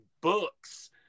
books